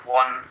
one